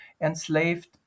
enslaved